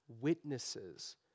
witnesses